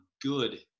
good